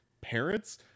parents